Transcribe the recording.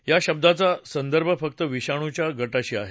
या शब्दाचा संदर्भ फक्त या विषाणूच्या गटाशी आहे